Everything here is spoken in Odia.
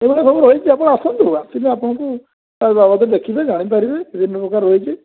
ଏଇ ଭଳି ସବୁ ରହିଛି ଆପଣ ଆସନ୍ତୁ ଆସିଲେ ଆପଣଙ୍କୁ ଏ ବାବଦରେ ଦେଖିବେ ଜାଣି ପାରିବେ ବିଭିନ୍ନ ପ୍ରକାର ରହିଛି